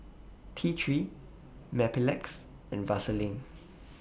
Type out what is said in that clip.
T three Mepilex and Vaselin